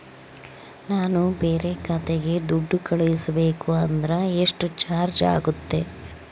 ನಾನು ಬೇರೆ ಖಾತೆಗೆ ದುಡ್ಡು ಕಳಿಸಬೇಕು ಅಂದ್ರ ಎಷ್ಟು ಚಾರ್ಜ್ ಆಗುತ್ತೆ?